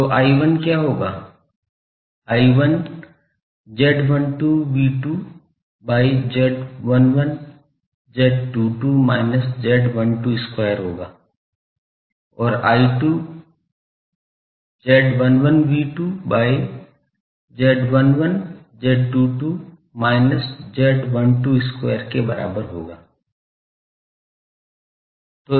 तो I1 क्या होगा I1 Z12 V2 by Z11 Z22 minus Z12 square होगा और I2 Z11 V2 by Z11 Z22 minus Z12 square के बराबर है